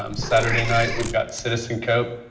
um saturday night, we've got citizen cove,